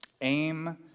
aim